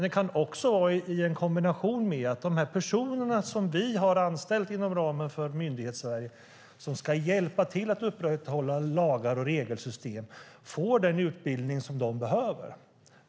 Det kan också vara i kombination med att de personer som vi anställt inom ramen för Myndighetssverige, och som ska hjälpa till att upprätthålla lagar och regelsystem, får den utbildning de behöver.